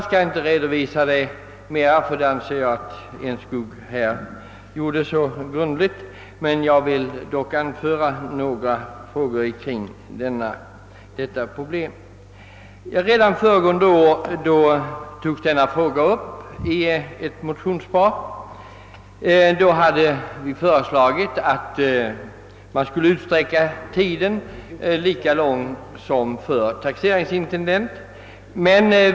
Herr Enskog har grundligt redogjort för frågan och jag skall därför endast anföra några sSynpunkter kring utskottets motiveringar. Redan föregående år togs denna fråga upp i ett motionspar, vari föreslogs utsträckt besvärstid så att kommunerna fick lika lång tid på sig som taxeringsintendenterna.